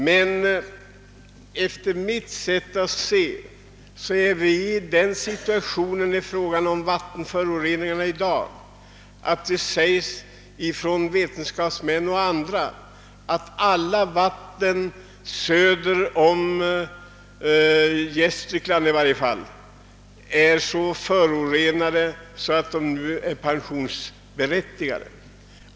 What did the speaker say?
Men vetenskapsmän nen påstår att situationen vad gäller vattenföroreningarna nu är sådan, att åtminstone alla vatten söder om Gästrikland är så förorenade att de är »pensionsfärdiga».